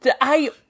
I-